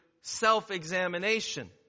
self-examination